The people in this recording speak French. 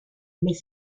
mais